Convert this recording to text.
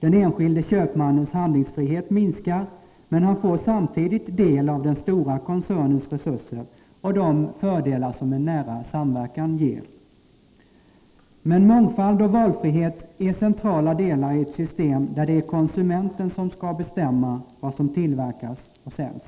Den enskilde köpmannens handlingsfrihet minskar, men han får samtidigt del av den stora koncernens resurser och av de fördelar som en nära samverkan ger. Men mångfald och valfrihet är centrala delar i ett system, där det är konsumenten som skall bestämma vad som tillverkas och säljs.